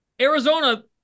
Arizona